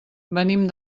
venim